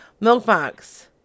Milkbox